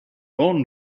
onn